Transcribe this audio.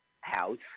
house